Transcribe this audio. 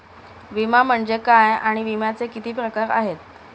विमा म्हणजे काय आणि विम्याचे किती प्रकार आहेत?